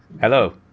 Hello